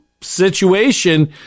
situation